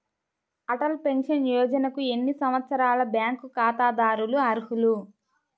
Atal pension యోజనకు ఎన్ని సంవత్సరాల బ్యాంక్ ఖాతాదారులు అర్హులు?